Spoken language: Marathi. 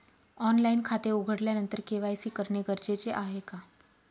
ऑनलाईन खाते उघडल्यानंतर के.वाय.सी करणे गरजेचे आहे का?